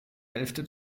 hälfte